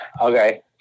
Okay